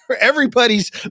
Everybody's